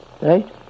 Right